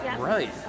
Right